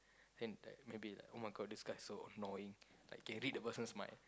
and like maybe like oh-my-God this guy's so annoying like can read the person's mind